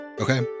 Okay